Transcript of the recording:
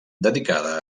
dedicada